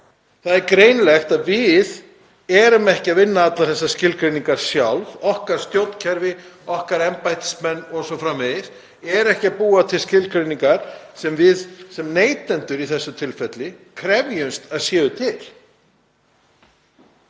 það er greinilegt að við erum ekki að vinna allar þessar skilgreiningar sjálf, stjórnkerfið okkar, embættismenn okkar o.s.frv., er ekki að búa til skilgreiningar sem við sem neytendur í þessu tilfelli krefjumst að séu til.